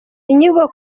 inyigo